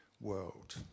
world